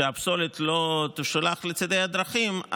שהפסולת לא תושלך בצידי הדרכים,